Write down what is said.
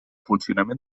funcionament